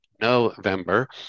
november